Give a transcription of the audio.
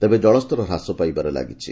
ତେବେ ଜଳସ୍ତର ହ୍ରାସ ପାଇବାରେ ଲାଗିଛି